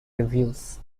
reviews